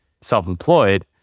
self-employed